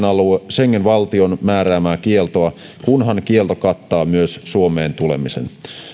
schengen valtion määräämää kieltoa kunhan kielto kattaa myös suomeen tulemisen